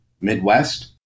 Midwest